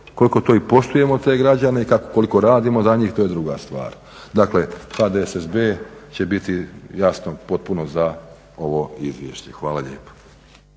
koliko to i poštujemo te građane, koliko radimo za njih, to je druga stvar. Dakle, HDSSB će biti, jasno potpuno za ovo izvješće. Hvala lijepa.